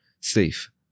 Safe